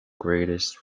greatest